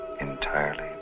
entirely